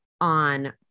on